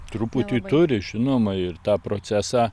truputį turi žinoma ir tą procesą